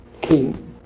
king